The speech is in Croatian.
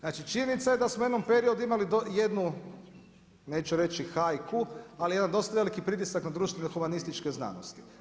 Znači, činjenica je da smo u jednom periodu imali jednu, neću reći haiku, ali jedan dosta veliki pritisak na društveno humanističke znanosti.